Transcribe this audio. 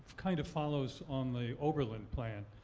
kind of, follows on the oberlin plan,